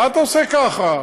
מה אתה עושה ככה?